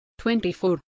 24